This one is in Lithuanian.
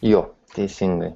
jo teisingai